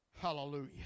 hallelujah